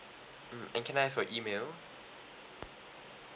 mm and can I have your email